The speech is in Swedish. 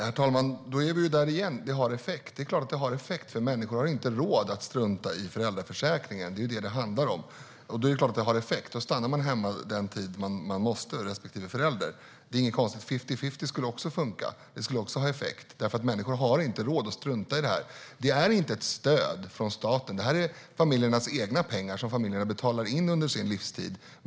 Herr talman! Då är vi där igen: Det har effekt. Det är klart att det har effekt, för människor har inte råd att strunta i föräldraförsäkringen. Det är det som det handlar om. Då är det klart att det har effekt. Då stannar respektive förälder hemma den tid han eller hon måste. Det är inget konstigt. Fifty-fifty skulle också funka. Det skulle också ha effekt, för människor har inte råd att strunta i detta. Det är inte ett stöd från staten. Det är familjernas egna pengar som familjerna betalar in med råge under sin livstid.